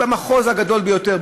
במחוז הגדול ביותר,